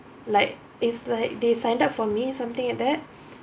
like it's like they signed up for me something like that